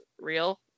real